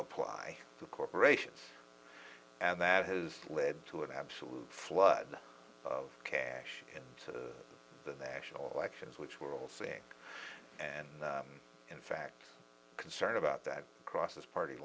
apply to corporations and that has led to an absolute flood of cash to the national elections which we're all saying and in fact concerned about that crosses party